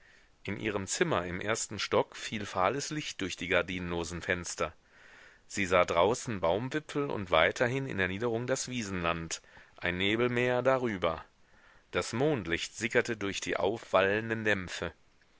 in ihrem zimmer im ersten stock fiel fahles licht durch die gardinenlosen fenster sie sah draußen baumwipfel und weiterhin in der niederung das wiesenland ein nebelmeer darüber das mondlicht sickerte durch die aufwallenden